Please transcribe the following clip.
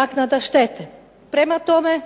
naknada štete. Prema tome,